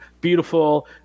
beautiful